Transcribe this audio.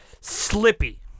Slippy